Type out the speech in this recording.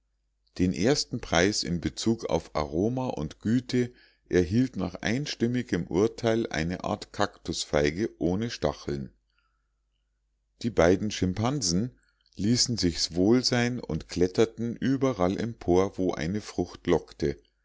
den ersten preis in bezug auf aroma und güte erhielt nach einstimmigem urteil eine art kaktusfeige ohne stacheln die beiden schimpansen ließen sich's wohl sein und kletterten überall empor wo eine frucht lockte